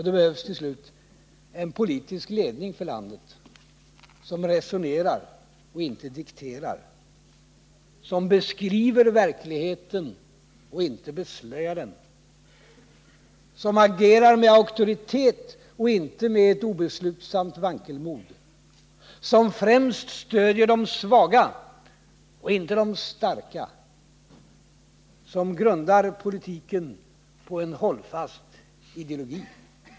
Det behövs till slut en politisk ledning för landet som resonerar och inte dikterar, som beskriver verkligheten och inte beslöjar den, som agerar med auktoritet och inte med obeslutsamt vankelmod, som främst stödjer de svaga och inte de starka och som grundar politiken på en hållfast ideologi.